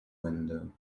window